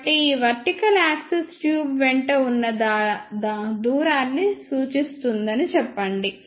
కాబట్టి ఈ vertical axis tube వెంట ఉన్న దూరాన్ని సూచిస్తుందని చెప్పండి